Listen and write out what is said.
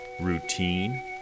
routine